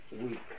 week